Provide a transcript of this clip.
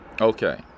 okay